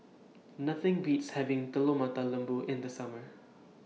Nothing Beats having Telur Mata Lembu in The Summer